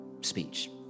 speech